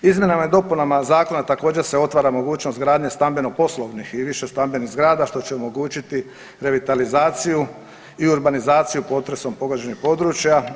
Izmjenama i dopunama Zakona također se otvara mogućnost gradnje stambeno-poslovnih i više stambenih zgrada što će omogućiti revitalizaciju i urbanizaciju potresom pogođenih područja.